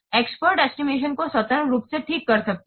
experts estimation को स्वतंत्र रूप से ठीक कर सकते हैं